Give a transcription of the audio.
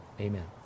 amen